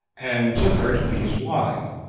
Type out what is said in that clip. and took her to be his wife,